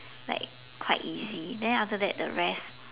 like quite easy then after that the rest